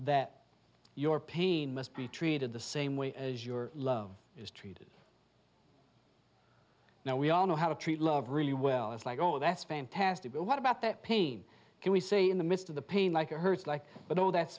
that your pain must be treated the same way as your love is treated now we all know how to treat love really well it's like oh that's fantastic what about that pain can we see in the midst of the pain like it hurts like but oh that's